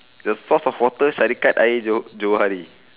the source of water syarikat air jo~ johari